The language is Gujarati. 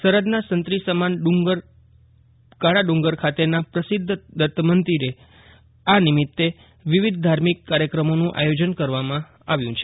સરહદના સંત્રી સમાન કળા ડુંગર ખાતેના પ્રસિદ્ધ દત્ત મંદિરે આ નિમિત્તે વિવિધ ધાર્મિક કાર્યક્રમોનું આયોજન કરવામાં આવ્યું છે